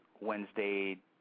Wednesday